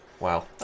Wow